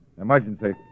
Emergency